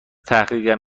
تحقیقم